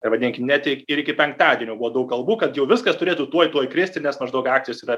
ir vadinkim net ir iki penktadienio daug kalbų kad jau viskas turėtų tuoj tuoj kristi nes maždaug akcijos yra